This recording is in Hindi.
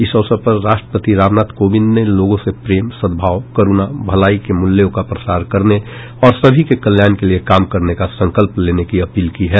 इस अवसर पर राष्ट्रपति रामनाथ कोविंद ने लोगों से प्रेम सदभाव करुणा भलाई के मूल्यों का प्रसार करने और सभी के कल्याण के लिए काम करने का संकल्प लेने के अपील की है